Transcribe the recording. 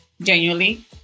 genuinely